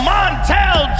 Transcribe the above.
Montel